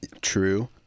True